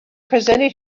presented